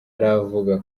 aravuga